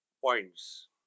points